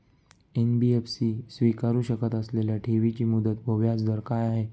NBFC स्वीकारु शकत असलेल्या ठेवीची मुदत व व्याजदर काय आहे?